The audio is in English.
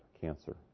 cancer